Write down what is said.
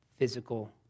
physical